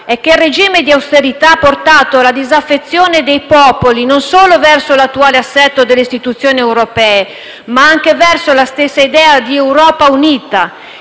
è che il regime di austerità ha portato alla disaffezione dei popoli non solo verso l'attuale assetto delle istituzioni europee, ma anche verso la stessa idea di Europa unita.